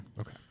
Okay